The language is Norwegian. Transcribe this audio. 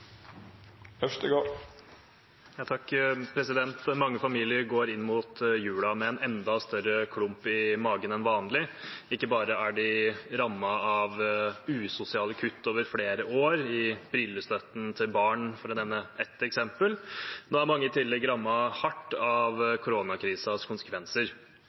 Mange familier går mot julen med en enda større klump i magen enn vanlig. Ikke bare er de rammet av usosiale kutt over flere år, i brillestøtten til barn, for å nevne ett eksempel, nå er mange i tillegg rammet hardt av koronakrisens konsekvenser.